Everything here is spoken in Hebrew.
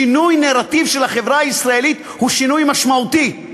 שינוי נרטיב של החברה הישראלית הוא שינוי משמעותי,